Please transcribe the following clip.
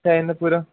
चाय ना पुरं